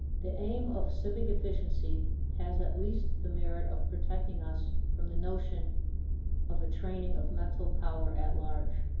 the aim of civic efficiency has at least the merit of protecting us from the notion of a training of mental power at large.